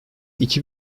iki